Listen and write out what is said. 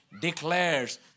declares